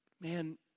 Man